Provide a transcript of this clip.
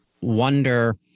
wonder